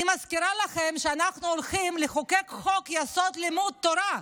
אני מזכירה לכם שאנחנו הולכים לחוקק חוק-יסוד: לימוד תורה,